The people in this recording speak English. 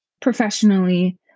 professionally